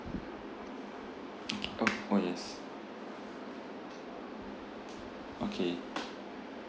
orh orh yes okay